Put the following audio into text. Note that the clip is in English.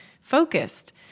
focused